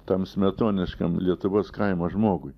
tam smetoniškam lietuvos kaimo žmogui